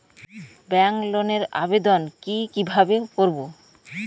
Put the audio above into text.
Bank লোনের আবেদন কি কিভাবে করব?